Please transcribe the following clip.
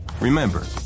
Remember